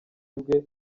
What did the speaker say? bwe